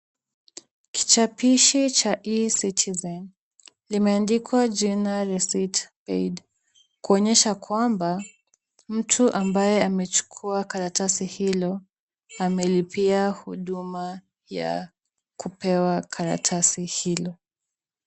Kichapishi cha eCitizen limeandikwa receipt paid kuonyesha kwamba, mtu ambaye amechukua karatasi hilo amelipia huduma ya kupewa karatasi hilo.